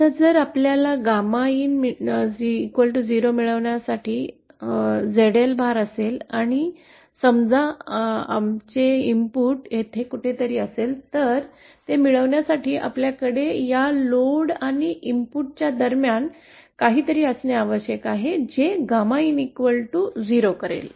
आता जर आपल्यात 𝜞in मिळवण्यासाठी भार ZL असेल आणि समजा आमचे इनपुट येथे कुठेतरी असेल तर ते मिळवण्यासाठी आपल्याकडे या लोड आणि इनपुट दरम्यान काहीतरी असणे आवश्यक आहे जे 𝜞in0 करेल